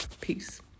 Peace